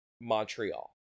Montreal